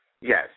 Yes